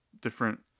different